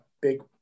big